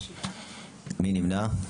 7. מי נמנע?